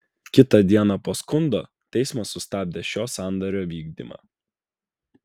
kitą dieną po skundo teismas sustabdė šio sandorio vykdymą